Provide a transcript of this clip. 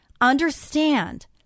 understand